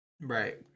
right